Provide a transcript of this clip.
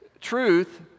Truth